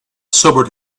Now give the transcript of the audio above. sobered